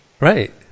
right